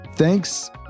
Thanks